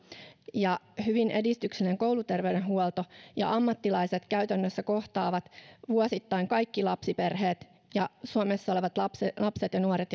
ja hyvin edistyksellinen kouluterveydenhuolto ja ammattilaiset käytännössä kohtaavat vuosittain kaikki lapsiperheet ja suomessa olevat lapset lapset ja nuoret